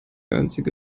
einzige